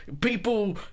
people